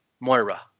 Moira